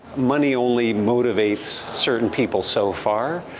money only motivates certain people so far,